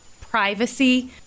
privacy